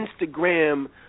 Instagram